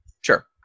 Sure